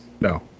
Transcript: no